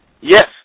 Yes